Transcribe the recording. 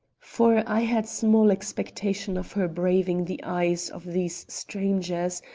for i had small expectation of her braving the eyes of these strangers,